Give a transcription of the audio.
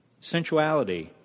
Sensuality